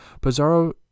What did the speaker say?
pizarro